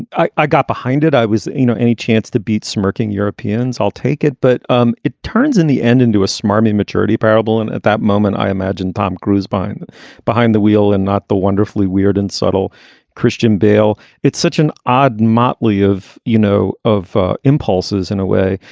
and i i got behind it. i was, you know, any chance to beat smirking europeans? i'll take it. but um it turns in the end into a smarmy maturity parable. and at that moment, i imagine tom cruise bein and behind the wheel and not the wonderfully weird and subtle christian bale. it's such an odd mottley of, you know, of ah impulses in a way.